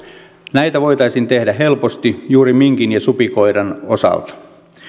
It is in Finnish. näitä voitaisiin tehdä helposti juuri minkin ja supikoiran osalta